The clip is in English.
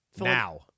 Now